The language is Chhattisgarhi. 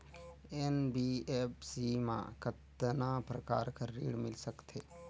एन.बी.एफ.सी मा कतना प्रकार कर ऋण मिल सकथे?